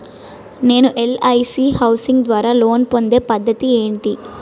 నేను LIC housing ద్వారా loan పొందే పద్ధతి ఏంటి?